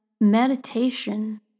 meditation